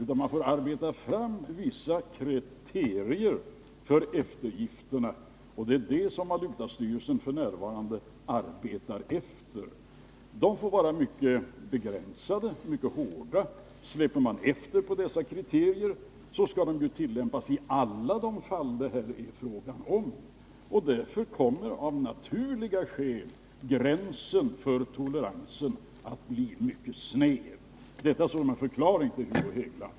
Man får i stället arbeta fram vissa kriterier för eftergifterna, och det är det som valutastyrelsen f.n. arbetar efter. De får vara mycket begränsade och hårda. Släpper man efter på dessa kriterier, blir det ju fråga om eftergifter som skall tillämpas i alla de fall som det gäller. Därför kommer av naturliga skäl toleransgränsen att bli mycket snäv. Detta har jag sagt som en förklaring till Hugo Hegeland.